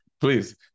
please